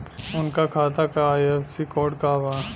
उनका खाता का आई.एफ.एस.सी कोड का बा?